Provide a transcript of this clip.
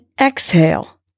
exhale